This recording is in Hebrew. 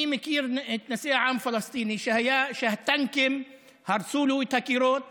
אני מכיר נשיא עם פלסטיני שהטנקים הרסו לו את הקירות